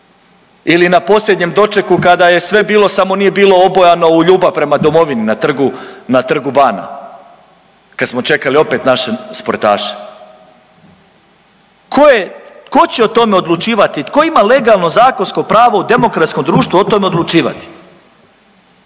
Ili na posljednjem dočeku kada je sve bilo, samo nije bilo obojano u ljubav prema domovini na Trgu bana, kad smo čekali opet naše sportaše. Tko je, tko će o tome odlučivati, tko ima legalno zakonsko pravo u demokratskom društvu o tome odlučivati?